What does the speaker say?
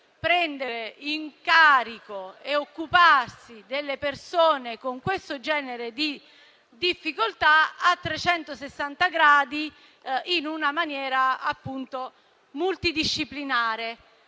prendere in carico e occuparsi delle persone con questo genere di difficoltà a 360 gradi, in una maniera appunto multidisciplinare,